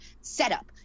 setup